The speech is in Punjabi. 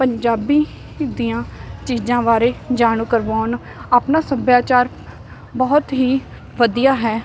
ਪੰਜਾਬੀ ਦੀਆਂ ਚੀਜ਼ਾਂ ਬਾਰੇ ਜਾਣੂ ਕਰਵਾਉਣ ਆਪਣਾ ਸੱਭਿਆਚਾਰ ਬਹੁਤ ਹੀ ਵਧੀਆ ਹੈ